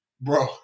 bro